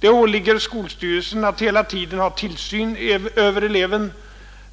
Det åligger skolstyrelsen att hela tiden ha tillsyn över eleven.